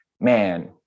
man